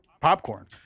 popcorn